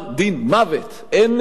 אין אופציות אחרות.